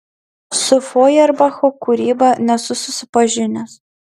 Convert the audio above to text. su fojerbacho kūryba nesu susipažinęs